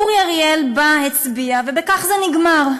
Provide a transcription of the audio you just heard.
אורי אריאל בא, הצביע, ובכך זה נגמר.